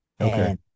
Okay